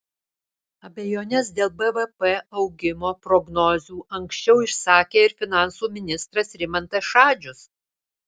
abejones dėl bvp augimo prognozių anksčiau išsakė ir finansų ministras rimantas šadžius